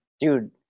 Dude